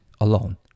alone